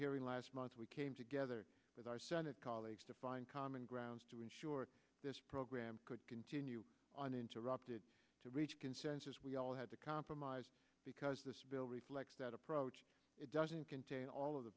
hearing last month we came together with our senate colleagues to find common grounds to ensure this program could continue on interrupted to reach consensus we all had to compromise because this bill reflects that approach it doesn't contain all of the